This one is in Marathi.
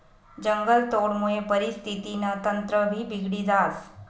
जंगलतोडमुये परिस्थितीनं तंत्रभी बिगडी जास